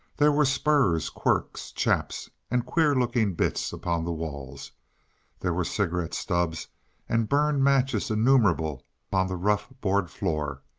there were spurs, quirts, chaps and queer-looking bits upon the walls there were cigarette stubs and burned matches innumerable upon the rough, board floor,